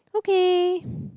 okay